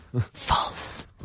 false